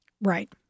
Right